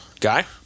Guy